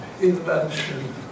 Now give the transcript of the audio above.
invention